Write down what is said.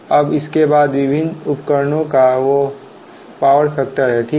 अब इसके बाद विभिन्न उपकरणों का वह पावर फैक्टर है ठीक है